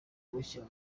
kuwushyira